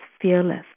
fearless